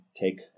take